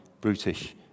brutish